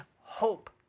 hope